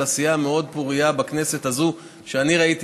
על עשייה מאוד פורייה בכנסת הזאת שאני ראיתי,